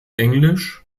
englisch